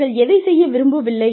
அவர்கள் எதைச் செய்ய விரும்பவில்லை